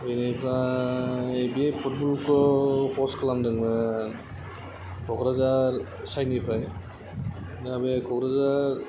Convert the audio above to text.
बेनिफ्राय बे फुटबलखौ हस्ट खालामदोंमोन क'क्राझार साइनिफ्राय दा बे क'क्राझार